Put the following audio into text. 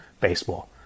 baseball